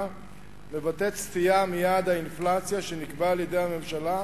מבטאת סטייה מיעד האינפלציה שנקבע על-ידי הממשלה,